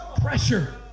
Pressure